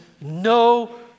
no